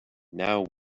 now